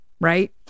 Right